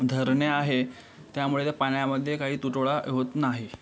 धरणे आहे त्यामुळे त्या पाण्यामध्ये काही तुटवडा होत नाही